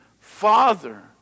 Father